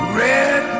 red